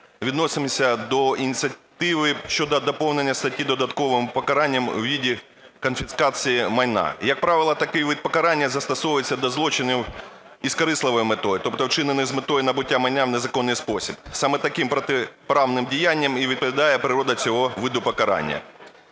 відносимось до ініціативи щодо доповнення статті додатковим покаранням у виді конфіскації майна. Як правило, такий вид покарання застосовується до злочинів із корисливою метою, тобто вчинений з метою набуття майна у незаконний спосіб. Саме таким протиправним діянням і відповідає природа цього виду покарання.